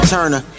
Turner